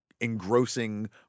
engrossing